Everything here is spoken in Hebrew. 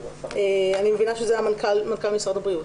אני מבינה שזה מנכ"ל משרד הבריאות.